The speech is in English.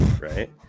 right